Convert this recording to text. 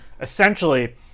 essentially